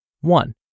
One